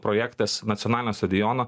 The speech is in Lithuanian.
projektas nacionalinio stadiono